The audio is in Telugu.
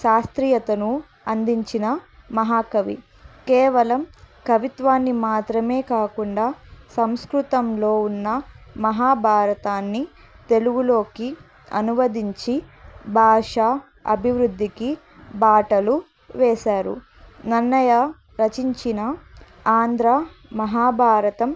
శాస్త్రీయతను అందించిన మహాకవి కేవలం కవిత్వాన్ని మాత్రమే కాకుండా సంస్కృతంలో ఉన్న మహాభారతాన్ని తెలుగులోకి అనువదించి భాష అభివృద్ధికి బాటలు వేేశారు నన్నయ రచించిన ఆంధ్ర మహాభారతం